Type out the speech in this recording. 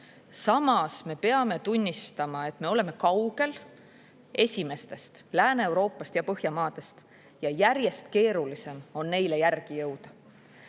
Samas, me peame tunnistama, et me oleme kaugel esimestest – Lääne-Euroopast ja Põhjamaadest – ja järjest keerulisem on neile järgi jõuda. Eesti